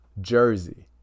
Jersey